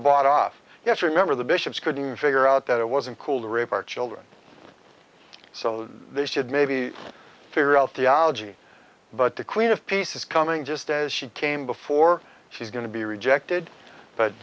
bought off yes remember the bishops couldn't figure out that it wasn't cool to rape our children so they should maybe figure out the ology but the queen of peace is coming just as she came before she's going to be rejected but